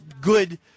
good